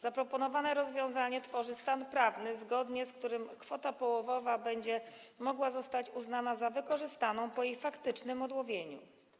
Zaproponowane rozwiązanie tworzy stan prawny, zgodnie z którym kwota połowowa będzie mogła zostać uznana za wykorzystaną po faktycznym jej odłowieniu.